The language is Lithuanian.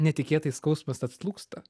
netikėtai skausmas atslūgsta